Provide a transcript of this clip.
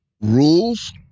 rules